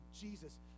Jesus